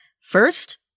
first